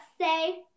say